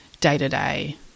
day-to-day